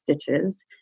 stitches